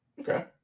Okay